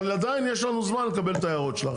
אבל עדיין יש לנו זמן לקבל את ההערות שלך,